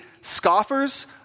scoffers